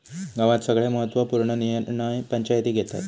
गावात सगळे महत्त्व पूर्ण निर्णय पंचायती घेतत